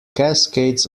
cascades